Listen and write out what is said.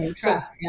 trust